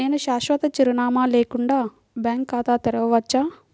నేను శాశ్వత చిరునామా లేకుండా బ్యాంక్ ఖాతా తెరవచ్చా?